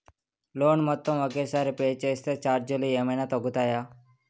Loan మొత్తం ఒకే సారి పే చేస్తే ఛార్జీలు ఏమైనా తగ్గుతాయా?